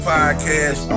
Podcast